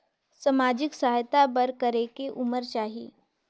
समाजिक सहायता बर करेके उमर चाही?